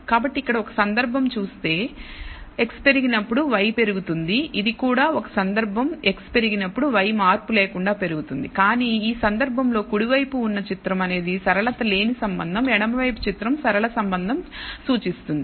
కాబట్టి ఇక్కడ ఒక సందర్భం చూస్తే x పెరిగినప్పుడు y పెరుగుతుంది ఇది కూడా ఒక సందర్భం x పెరిగినప్పుడు y మార్పు లేకుండా పెరుగుతుంది కానీ ఈ సందర్భంలో కుడి వైపు ఉన్న చిత్రం అనేది సరళత లేని సంబంధం ఎడమ వైపు చిత్రం సరళ సంబంధం సూచిస్తుంది